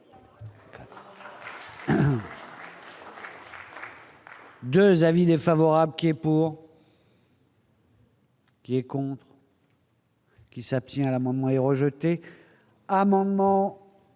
2 avis défavorables qui est pour. Qui est contre. Qui s'abstient l'amendement est rejeté,